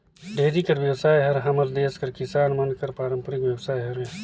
dairy कर बेवसाय हर हमर देस कर किसान मन कर पारंपरिक बेवसाय हरय